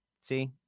see